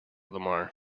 lamar